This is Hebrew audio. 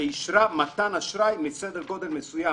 שאישרה מתן אשראי לסדר גודל מסוים,